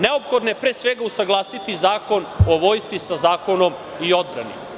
Neophodno je pre svega usaglasiti Zakon o Vojsci sa Zakonom o odbrani.